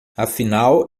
afinal